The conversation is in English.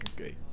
okay